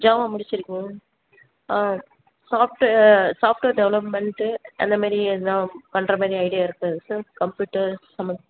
Java முடிச்சிருக்கீங்கள் ஆ soft software development அந்தமாரி எதுனால் பண்ணுற மாதிரி ஐடியா இருக்குதா சார் கம்ப்யூட்டர் சம